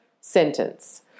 sentence